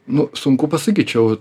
nu sunku pasakyt čia